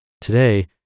Today